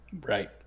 Right